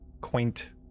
quaint